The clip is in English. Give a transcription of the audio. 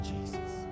Jesus